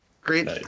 great